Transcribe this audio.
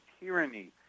tyranny